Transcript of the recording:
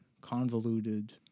convoluted